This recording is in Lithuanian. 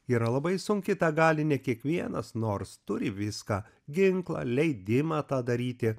yra labai sunki tą gali ne kiekvienas nors turi viską ginklą leidimą tą daryti